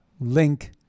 link